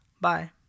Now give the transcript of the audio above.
Bye